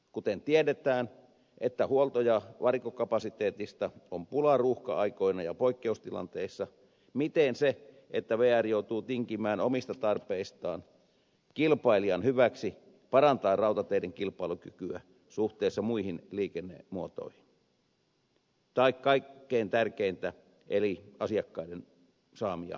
kun tiedetään että huolto ja varikkokapasiteetista on pulaa ruuhka aikoina ja poikkeustilanteissa miten se että vr joutuu tinkimään omista tarpeistaan kilpailijan hyväksi parantaa rautateiden kilpailukykyä suhteessa muihin liikennemuotoihin tai kaikkein tärkeintä eli asiakkaiden saamia palveluja